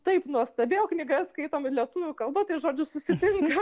taip nuostabiai o knygas skaitom lietuvių kalba žodžiu susitinka